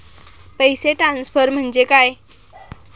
पैसे ट्रान्सफर म्हणजे काय?